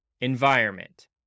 environment